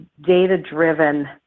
data-driven